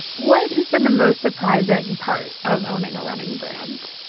what has been the most surprising part of owning a running brand?